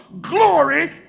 glory